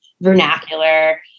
vernacular